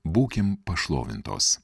būkim pašlovintos